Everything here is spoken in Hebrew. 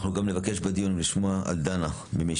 אנחנו גם נבקש בדיון לשמוע על דנה ממי